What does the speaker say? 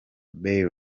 bailey